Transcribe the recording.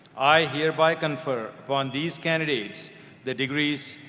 i hereby confer upon these candidates the degrees,